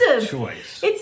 choice